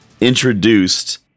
introduced